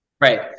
Right